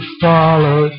follow